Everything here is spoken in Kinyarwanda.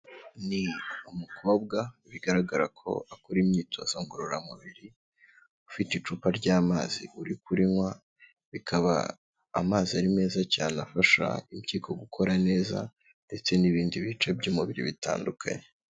Ni umukobwa bigaragara ko akora imyitozo ngororamubiri, ufite icupa ry'amazi uri kurinywa, bikaba amazi ari meza cyane afasha impyiko gukora neza ndetse n'ibindi bice by'umubiri bitandukanye.